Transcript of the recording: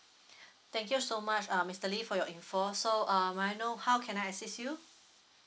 thank you so much uh mister lee for your info so uh may I know how can I assist you